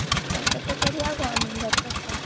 तशें करयां गो आमी जात तशें